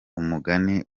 umugani